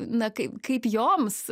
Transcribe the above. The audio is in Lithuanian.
na kaip kaip joms